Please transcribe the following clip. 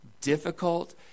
Difficult